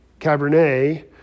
Cabernet